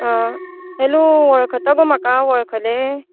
अह hello वळखता गो म्हाका वळखलें